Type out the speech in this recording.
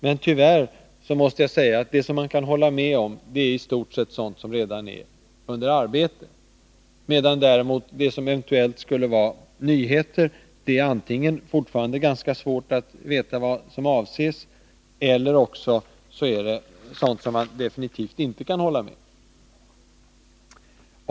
Men tyvärr måste jag säga att det som man kan hålla med omi stort sett är sådant som redan är under arbete, medan det som eventuellt skulle vara nyheter antingen är sådant att det fortfarande är ganska svårt att veta vad som avses, eller också är det sådant som man definitivt inte kan hålla med om.